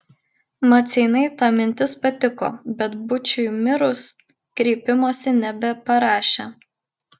maceinai ta mintis patiko bet būčiui mirus kreipimosi nebeparašė